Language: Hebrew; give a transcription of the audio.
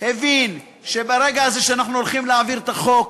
ברגע שהבין שאנחנו הולכים להעביר את החוק,